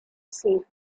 scene